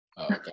Okay